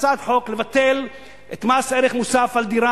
הצעת חוק לבטל את מס ערך מוסף על דירה